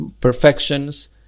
perfections